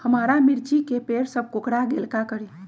हमारा मिर्ची के पेड़ सब कोकरा गेल का करी?